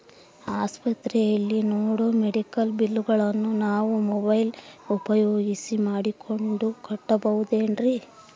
ಆಸ್ಪತ್ರೆಯಲ್ಲಿ ನೇಡೋ ಮೆಡಿಕಲ್ ಬಿಲ್ಲುಗಳನ್ನು ನಾವು ಮೋಬ್ಯೆಲ್ ಉಪಯೋಗ ಮಾಡಿಕೊಂಡು ಕಟ್ಟಬಹುದೇನ್ರಿ?